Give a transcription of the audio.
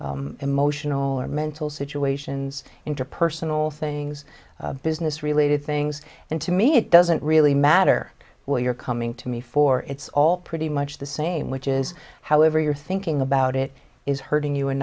ailments emotional or mental situations interpersonal things business related things and to me it doesn't really matter what you're coming to me for it's all pretty much the same which is however you're thinking about it is hurting you and